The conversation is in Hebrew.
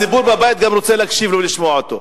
הציבור בבית גם רוצה להקשיב לו ולשמוע אותו.